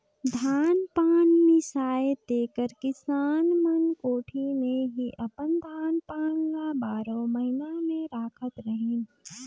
धान पान मिसाए तेकर किसान मन कोठी मे ही अपन धान पान ल बारो महिना ले राखत रहिन